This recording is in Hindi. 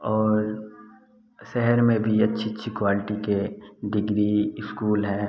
और शहर में भी अच्छी अच्छी क्वालिटी के डिग्री इस्कूल हैं